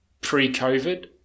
pre-COVID